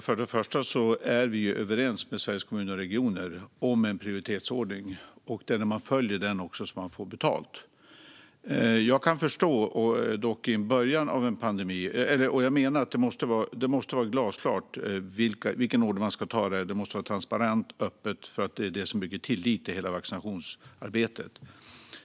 Fru talman! Vi är överens med Sveriges Kommuner och Regioner om en prioritetsordning, och det är när man följer den som man får betalt. Jag menar att det måste vara glasklart i vilken ordning detta ska ske. Det måste vara transparent och öppet, för det är det som bygger tillit i hela vaccinationsarbetet.